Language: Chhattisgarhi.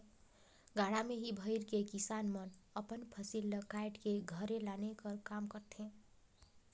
गाड़ा मे ही भइर के किसान मन अपन फसिल ल काएट के घरे लाने कर काम करथे